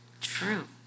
True